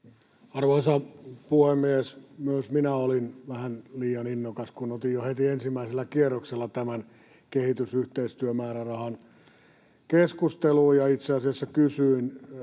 Arvoisa puhemies! Myös minä olin vähän liian innokas, kun otin jo heti ensimmäisellä kierroksella tämän kehitysyhteistyömäärärahan keskusteluun ja itse asiassa kysyin